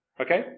Okay